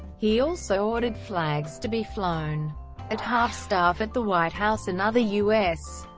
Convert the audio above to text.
he also ordered flags to be flown at half-staff at the white house and other u s.